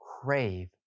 Crave